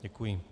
Děkuji.